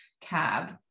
cab